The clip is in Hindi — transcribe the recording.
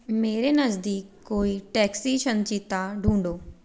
मेरे नज़दीक कोई टैक्सी संचिता ढूँढो